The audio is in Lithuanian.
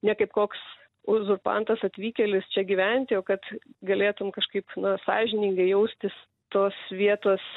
ne kaip koks uzurpantas atvykėlis čia gyventi o kad galėtum kažkaip na sąžiningai jaustis tos vietos